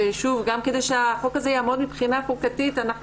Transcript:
גם כדי שהחוק הזה יעמוד מבחינה חוקתית אנחנו